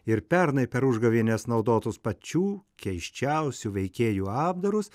ir pernai per užgavėnes naudotus pačių keisčiausių veikėjų apdarus